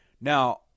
Now